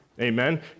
Amen